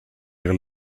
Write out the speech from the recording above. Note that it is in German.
ihre